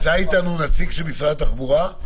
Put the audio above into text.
נמצא אתנו נציג של משרד התחבורה?